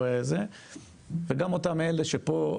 וגם אלה שפה,